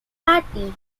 party